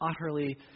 utterly